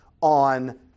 on